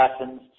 lessons